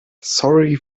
sorry